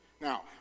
Now